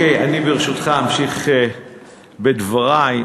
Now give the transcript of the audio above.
ברשותך, אמשיך בדברי.